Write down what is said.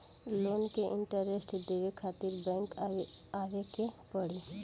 Loan के interest देवे खातिर बैंक आवे के पड़ी?